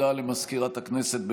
הודעה למזכירת הכנסת.